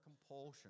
compulsion